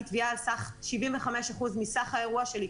תביעה כנגד על סך של 75% מסך האירוע שלי,